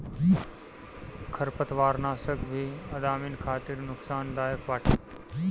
खरपतवारनाशक भी आदमिन खातिर नुकसानदायक बाटे